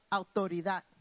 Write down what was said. autoridad